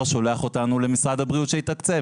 שולח אותנו למשרד הבריאות כדי שיתקצב,